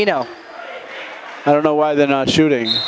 you no i don't know why they're not shooting